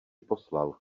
poslal